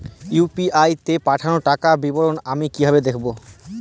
UPI তে পাঠানো টাকার বিবরণ আমি কিভাবে দেখবো?